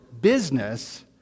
business